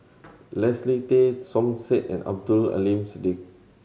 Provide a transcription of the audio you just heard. Leslie Tay Som Said and Abdul Aleem Siddique